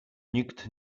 nikt